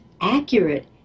accurate